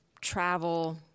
travel